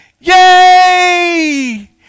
yay